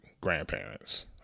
grandparents